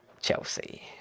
Chelsea